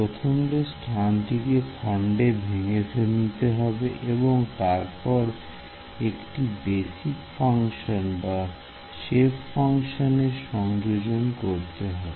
প্রথমে স্থানটিকে খণ্ডে ভেঙ্গে নিতে হবে এবং তারপরে একটি বিসিক ফাংশন বা সেপ ফাংশন এর সংযোজন করতে হবে